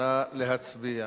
נא להצביע.